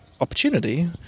opportunity